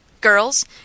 Girls